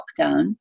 lockdown